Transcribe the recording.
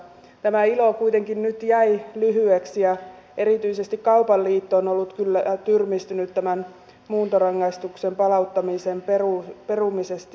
tämä ilo kuitenkin nyt jäi lyhyeksi ja erityisesti kaupan liitto on ollut kyllä tyrmistynyt tämän muuntorangaistuksen palauttamisen perumisesta